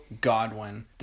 Godwin